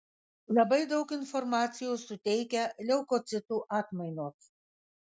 labai daug informacijos suteikia leukocitų atmainos